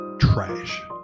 trash